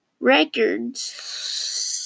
records